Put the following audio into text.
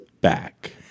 back